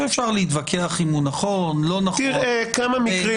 שאפשר להתווכח אם הוא נכון או לא נכון --- תראה כמה מקרים,